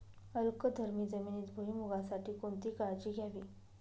अल्कधर्मी जमिनीत भुईमूगासाठी कोणती काळजी घ्यावी?